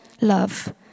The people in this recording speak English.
love